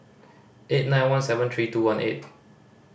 eight nine one seven three two one eight